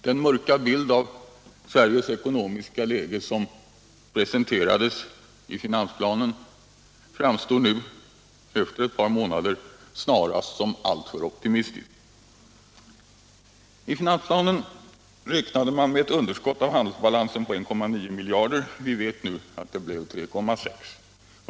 Den mörka bild av Sveriges ekonomiska läge som finansplanen presenterade framstår nu, efter ett par månader, snarast som alltför optimistisk. I finansplanen räknade man med ett underskott i handelsbalansen på 1,9 miljarder. Vi vet nu att det blev 3,6 miljarder.